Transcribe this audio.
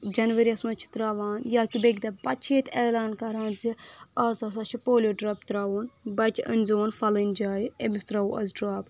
جنؤریَس منٛز چھِ ترٛاوان یا کہِ بیٚکہِ دۄہ پتہٕ چھِ ییٚتہِ اعلان کران زِ آز ہسا چھُ پولیو ڈراپ ترٛاوُن بچہِ أنۍ زِ ہون فلٲنۍ جایہِ أمِس ترٛاوو آز ڈراپ